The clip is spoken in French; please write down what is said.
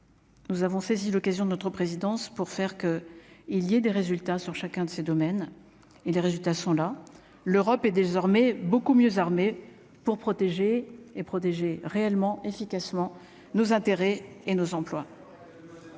Nous avons saisi l'occasion de notre présidence pour faire que il y a des résultats sur chacun de ces domaines, et les résultats sont là, l'Europe est désormais beaucoup mieux armées pour protéger et protéger réellement efficacement nos intérêts et nos emplois.